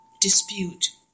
dispute